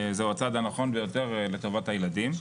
זהו הצעד הנכון ביותר לטובת הילדים.